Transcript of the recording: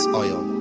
oil